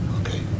Okay